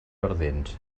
ardents